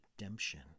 redemption